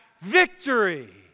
victory